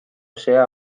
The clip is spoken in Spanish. sea